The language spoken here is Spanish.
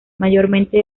mayormente